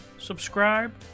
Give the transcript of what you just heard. Subscribe